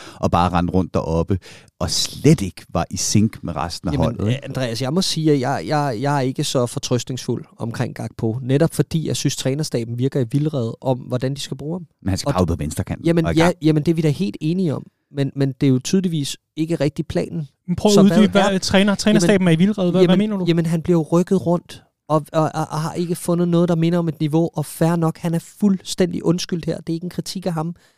og bare rende rundt deroppe, og slet ikke var i sync med resten af Jamen, holdet, ikke? ja, Andreas, jeg må sige, at jeg- jeg- jeg er ikke så fortrøstningsfuld omkring Gakpo, netop fordi jeg synes, trænerstaben virker i vildrede om, hvordan de skal bruge ham. Men han skal Og bare d- ud på venstrekanten Jamen, og i ja, gang. jamen, det er vi da helt enige om. Men- men det er jo tydeligvis ikke rigtig planen. Men prøv at Så hvad uddybe, er- hvad træner- Jamen, trænerstaben er i vildrede. Hvad- hvad jamen- mener du? jamen, han bliver jo rykket rundt, og- og- og- og har ikke fundet noget, der minder om et niveau, og fair nok, han er fuldstændig undskyldt her. Det er ikke en kritik af ham.